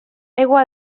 aigua